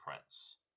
prince